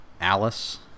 Alice